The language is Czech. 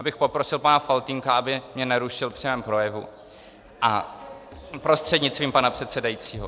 Já bych poprosil pana Faltýnka, aby mě nerušil při mém projevu prostřednictvím pana předsedajícího.